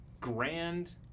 grand